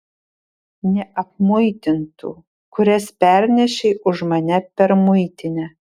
neapmuitintų kurias pernešei už mane per muitinę